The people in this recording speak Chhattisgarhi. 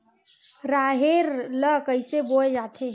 राहेर ल कइसे बोय जाथे?